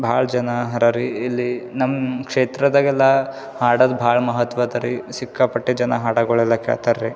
ಭಾಳ ಜನ ಅವ್ರ ರೀ ಇಲ್ಲಿ ನಮ್ಮ ಕ್ಷೇತ್ರದಾಗ ಎಲ್ಲ ಹಾಡದು ಭಾಳ ಮಹತ್ವ ಅದಾ ರೀ ಸಿಕ್ಕಾಪಟ್ಟೆ ಜನ ಹಾಡಗಳು ಎಲ್ಲ ಕೇಳ್ತಾರೆ ರೀ